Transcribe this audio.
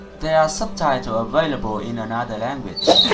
there are subtitles available in another language.